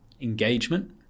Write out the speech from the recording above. engagement